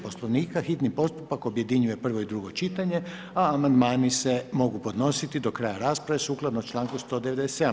Poslovnika hitni postupak objedinjuje prvo i drugo čitanje a amandmani se mogu podnositi do kraja rasprave sukladno članku 197.